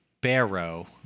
Barrow